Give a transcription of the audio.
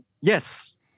yes